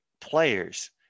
players